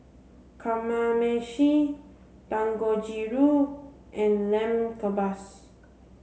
Kamameshi Dangojiru and Lamb Kebabs